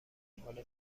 حال